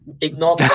ignore-